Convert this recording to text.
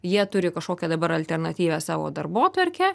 jie turi kažkokią dabar alternatyvią savo darbotvarkę